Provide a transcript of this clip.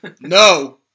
No